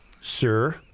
sir